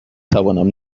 توانم